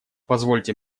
позвольте